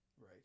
Right